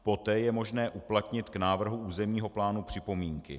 Poté je možné uplatnit k návrhu územního plánu připomínky.